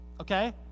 Okay